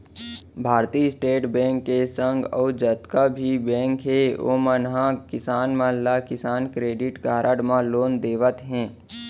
भारतीय state bank के संग अउ जतका भी बेंक हे ओमन ह किसान मन ला किसान क्रेडिट कारड म लोन देवत हें